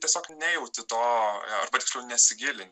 tiesiog nejauti to arba tiksliau nesigilini